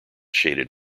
shaded